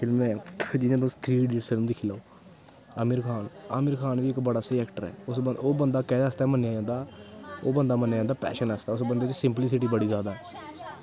फिल्मां जियां तुस थ्री डी फिल्म दिक्खी लैओ अमीर खान अमीर खान बी इक बड़ा स्हेई ऐक्टर ऐ ओह् बंदा कैह्दे आस्तै मन्नेआ जंदा ओह् बंदा मन्नेआ जेदा पैशन आस्तै उस बंदे दी सिंपलिसिटी बड़ी जैदा